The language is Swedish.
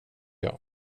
jag